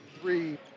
three